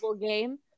game